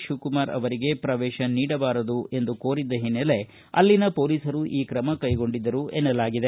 ಶಿವಕುಮಾರ್ ಅವರಿಗೆ ಪ್ರವೇತ ನೀಡಬಾರದು ಎಂದು ಕೋರಿದ್ದ ಹಿನ್ನೆಲೆ ಅಲ್ಲಿನ ಪೊಲೀಸರು ಈ ಕ್ರಮ ಕೈಗೊಂಡಿದ್ದರು ಎನ್ನಲಾಗಿದೆ